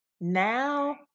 Now